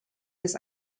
des